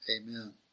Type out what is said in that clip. amen